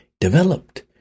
developed